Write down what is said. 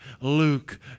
Luke